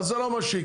אז זה לא מה שיקרה.